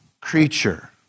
creature